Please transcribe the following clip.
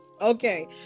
Okay